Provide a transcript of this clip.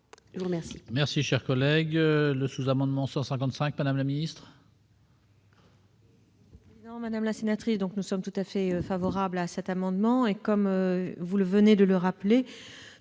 à vous remercier